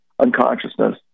unconsciousness